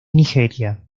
nigeria